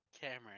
Cameron